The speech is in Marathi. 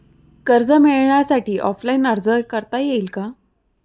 कर्ज मिळण्यासाठी ऑफलाईन अर्ज करता येईल का?